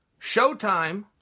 Showtime